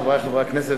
חברי חברי הכנסת,